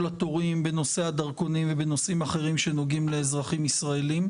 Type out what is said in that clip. התורים בנושא הדרכונים ובנושאים אחרים שנוגעים לאזרחים ישראליים.